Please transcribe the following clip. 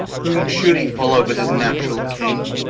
whom should hee follow, but his naturall king?